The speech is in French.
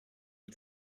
une